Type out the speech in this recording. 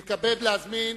"ועמו אנו תמימים".